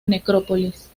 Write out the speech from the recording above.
necrópolis